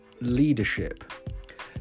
leadership